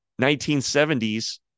1970s